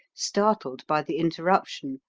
startled by the interruption,